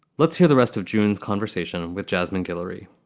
let's hear the rest of june's conversation with jasmine guillory